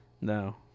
No